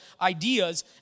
ideas